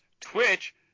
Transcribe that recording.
Twitch